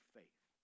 faith